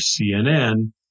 CNN